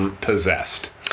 possessed